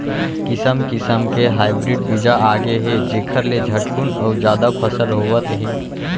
किसम किसम के हाइब्रिड बीजा आगे हे जेखर ले झटकुन अउ जादा फसल होवत हे